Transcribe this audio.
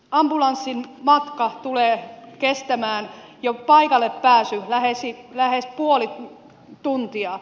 ambulanssin matka tulee kestämään jo paikalle pääsy lähes puoli tuntia